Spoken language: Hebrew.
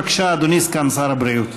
בבקשה, אדוני סגן שר הבריאות.